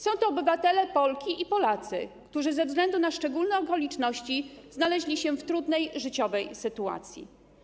Są to obywatele, Polki i Polacy, którzy ze względu na szczególne okoliczności znaleźli się w trudnej życiowej sytuacji.